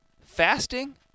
fasting